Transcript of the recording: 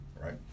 right